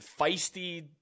feisty